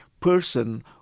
person